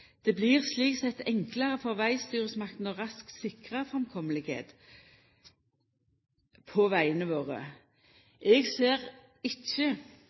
Det blir slik sett enklare for vegstyresmakta raskt å sikra framkomsten på vegane våre. Eg ser ikkje